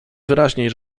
wyraźniej